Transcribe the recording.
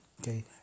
Okay